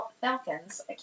Falcons